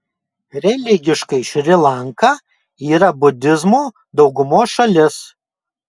religiškai šri lanka yra budizmo daugumos šalis